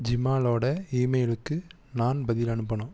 ஜிமாலோட இமெயிலுக்கு நான் பதில் அனுப்பணும்